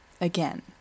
Again